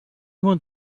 want